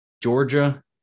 Georgia